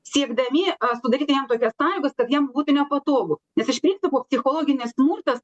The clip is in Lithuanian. siekdami sudaryti jam tokias sąlygas kad jam būtų nepatogu nes iš principo psichologinis smurtas